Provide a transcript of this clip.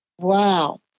wow